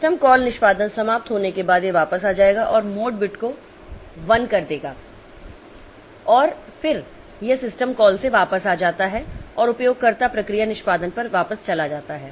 system call निष्पादन समाप्त होने के बाद यह वापस आ जाएगा और मोड बिट को 1 कर देगा और फिर यह सिस्टम कॉल से वापस आ जाता है और उपयोगकर्ता प्रक्रिया निष्पादन पर वापस चला जाता है